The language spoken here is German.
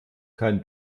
kein